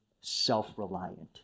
self-reliant